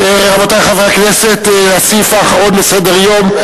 רבותי חברי הכנסת, הסעיף האחרון בסדר-היום: